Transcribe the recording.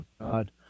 God